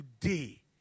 today